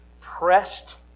Pressed